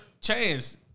chance